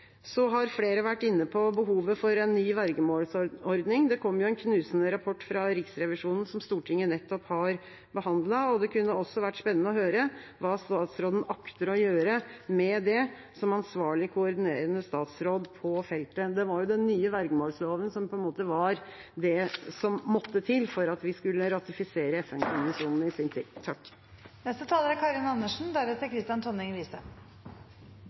Så har flere vært inne på behovet for en ny vergemålsordning. Det kom jo en knusende rapport fra Riksrevisjonen som Stortinget nettopp har behandlet, og det kunne også vært spennende å høre hva statsråden akter å gjøre med det som ansvarlig koordinerende statsråd på feltet. Det var jo den nye vergemålsloven som var det som måtte til for at vi skulle ratifisere FN-konvensjonen i sin tid.